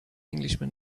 englishman